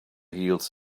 heels